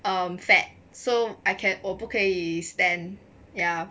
um fat so I can 我不可以 stand ya